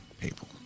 people